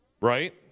right